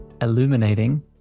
illuminating